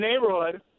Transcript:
neighborhood